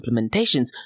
implementations